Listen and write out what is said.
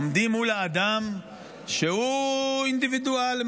עומדים מול האדם שהוא אינדיבידואל,